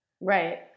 Right